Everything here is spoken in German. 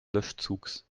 löschzugs